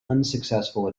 unsuccessful